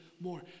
more